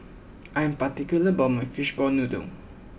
I am particular about my Fishball Noodle